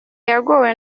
yagowe